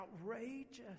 outrageous